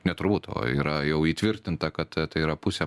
ne turbūt o yra jau įtvirtinta kad tai yra pusė